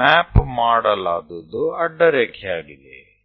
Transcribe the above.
map ಮಾಡಲಾದುದು ಅಡ್ಡರೇಖೆಯಾಗಿದೆ